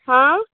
हां